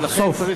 לחשוף,